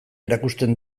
erakusten